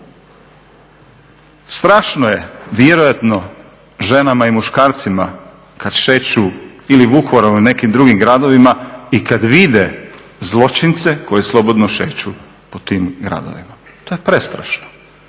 Strašno je vjerojatno ženama i muškarcima kad šeću ili Vukovarom ili nekim drugim gradovima i kad vide zločince koji slobodno šeću po tim gradovima, to je prestrašno.